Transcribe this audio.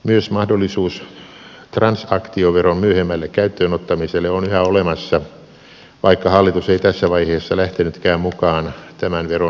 myös mahdollisuus transaktioveron myöhemmälle käyttöön ottamiselle on yhä olemassa vaikka hallitus ei tässä vaiheessa lähtenytkään mukaan tämän veron edistämiseen